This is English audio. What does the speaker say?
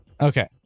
Okay